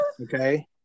Okay